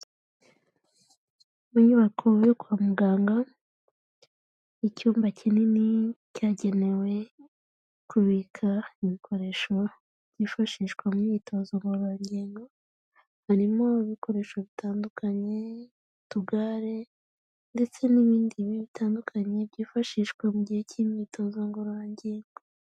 Inyubako yo kwa muganga, icyumba kinini cyagenewe kubika ibikoresho byifashishwa mu myitozo ngororangingo irimo ibikoresho bitandukanye utugare ndetse n'ibindi bice bitandukanye byifashishwa mu gihe cy'imyitozo ngororangingo.